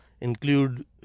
Include